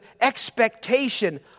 expectation